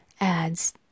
adds